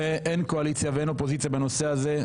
אין קואליציה ואין אופוזיציה בנושא הזה.